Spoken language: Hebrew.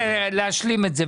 תן לו להשלים את זה.